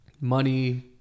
money